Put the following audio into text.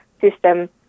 system